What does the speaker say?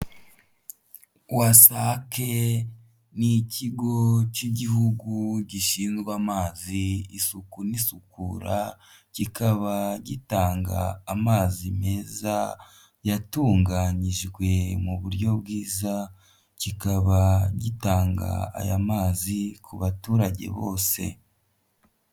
Wasake ni ikigo cy'igihugu gishinzwe amazi, isuku n'isukura, kikaba gitanga amazi meza yatunganyijwe mu buryo bwiza, kikaba gitanga aya mazi ku baturage bose.